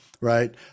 right